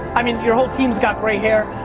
i mean you're whole team's got great hair.